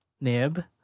nib